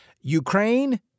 Ukraine